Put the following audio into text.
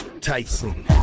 Tyson